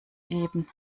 geben